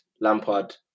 Lampard